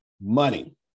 money